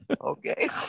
okay